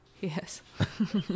Yes